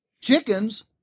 chickens